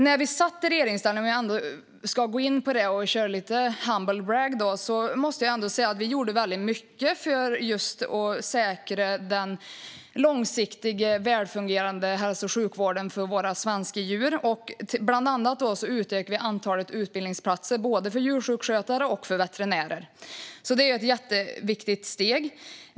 När vi satt i regeringsställning - om vi ändå ska gå in på det och köra med lite humble brag - gjorde vi väldigt mycket för att just säkra den långsiktiga och välfungerande hälso och sjukvården för svenska djur. Bland annat utökade vi antalet utbildningsplatser för både djursjukskötare och veterinärer. Det är ett jätteviktigt steg.